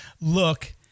look